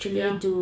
ya